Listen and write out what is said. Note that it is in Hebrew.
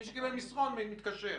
מי שקיבל מסרון מתקשר.